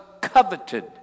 coveted